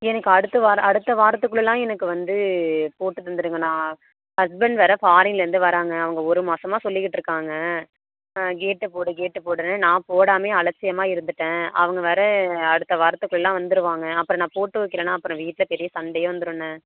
எனக்கு அடுத்த வாரம் அடுத்த வாரத்துக்குள்ளேலாம் எனக்கு வந்து போட்டு தந்துடுங்கண்ணா ஹஸ்பண்ட் வேறு ஃபாரின்லேருந்து வர்றாங்க அவங்க ஒரு மாதமா சொல்லிக்கிட்டுருக்காங்க ஆ கேட்டை போடு கேட்டை போடுன்னு நான் போடாமயே அலட்சியமா இருந்துவிட்டேன் அவங்க வேறு அடுத்த வாரத்துக்குள்ளே வந்துடுவாங்க அப்புறம் நான் போட்டு வைக்கலேன்னா அப்புறம் வீட்டில் பெரிய சண்டை வந்துடுண்ண